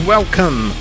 Welcome